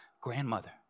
grandmother